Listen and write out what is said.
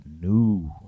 new